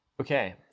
Okay